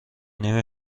نیم